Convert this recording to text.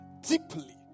deeply